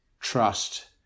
trust